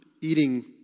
eating